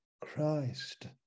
Christ